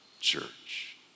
church